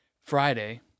Friday